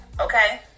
Okay